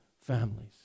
families